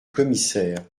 commissaire